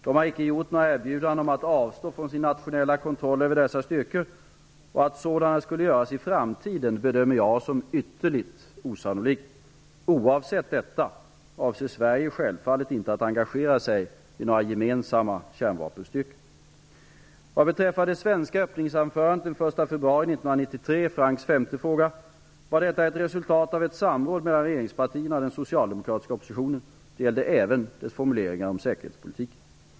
De har icke gjort några erbjudanden om att avstå från sin nationella kontroll över dessa styrkor, och att sådana skulle göras i framtiden bedömer jag som ytterligt osannolikt. Oavsett detta avser Sverige självfallet inte att engagea sig i några gemensamma kärnvapenstyrkor. Vad beträffar det svenska öppningsanförandet den 1 februari 1993 -- Francks femte fråga -- var detta ett resultat av ett samråd mellan regeringspartierna och den socialdemokratiska oppositionen. Det gällde även dess formuleringar om säkerhetspolitiken.